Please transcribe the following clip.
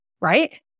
right